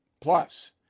Plus